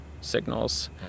signals